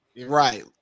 Right